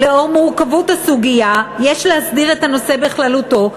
לאור מורכבות הסוגיה יש להסדיר את הנושא בכללותו,